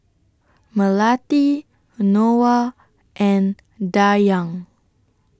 Melati Noah and Dayang